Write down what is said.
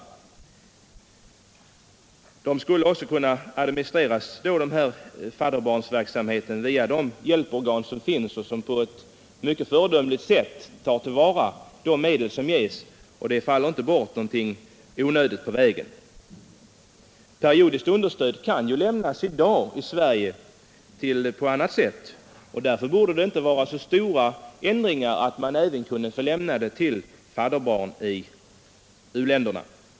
Fadderbarnsverksamheten skulle kunna administreras via de hjälporgan som finns och som på ett mycket föredömligt sätt tar till vara de medel som ges; där faller det inte bort någonting i onödan på vägen. Periodiskt understöd kan ju lämnas i dag i Sverige på annat sätt, och därför borde det inte behövas så stora ändringar för att man även skulle kunna lämna sådant till fadderbarn i u-länderna.